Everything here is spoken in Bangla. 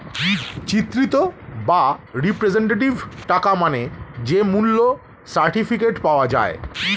চিত্রিত বা রিপ্রেজেন্টেটিভ টাকা মানে যে মূল্য সার্টিফিকেট পাওয়া যায়